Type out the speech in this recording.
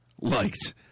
liked